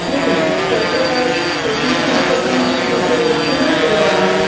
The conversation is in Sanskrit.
न तत्र स्वीकृतिपत्रं स्वीकृत्य दातुं शक्यते वा